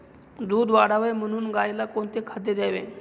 दूध वाढावे म्हणून गाईला कोणते खाद्य द्यावे?